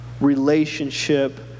relationship